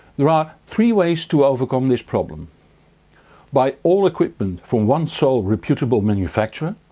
there are three ways to overcome this problem buy all equipment from one sole reputable manufacturer,